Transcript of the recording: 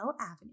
Avenue